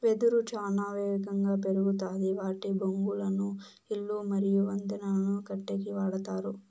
వెదురు చానా ఏగంగా పెరుగుతాది వాటి బొంగులను ఇల్లు మరియు వంతెనలను కట్టేకి వాడతారు